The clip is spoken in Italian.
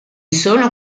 sono